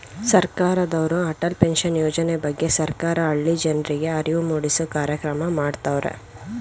ಸರ್ಕಾರದವ್ರು ಅಟಲ್ ಪೆನ್ಷನ್ ಯೋಜನೆ ಬಗ್ಗೆ ಸರ್ಕಾರ ಹಳ್ಳಿ ಜನರ್ರಿಗೆ ಅರಿವು ಮೂಡಿಸೂ ಕಾರ್ಯಕ್ರಮ ಮಾಡತವ್ರೆ